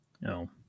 no